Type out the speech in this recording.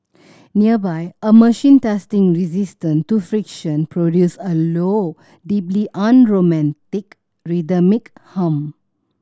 nearby a machine testing resistance to friction produce a low deeply unromantic rhythmic hum